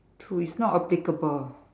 true it's not applicable